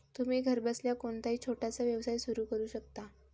तुम्ही घरबसल्या कोणताही छोटासा व्यवसाय सुरू करू शकता